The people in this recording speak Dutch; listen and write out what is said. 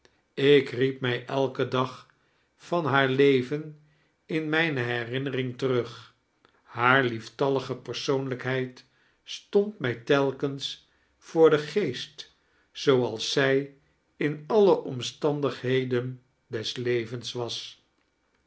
ik riep mij elken dag van haar leven in mijne herinnering terug haar lieftallige persoonlijkheid stond mij telkens voor den geest zooals zij in alle omstandigheden des levens was